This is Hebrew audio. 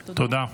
תודה.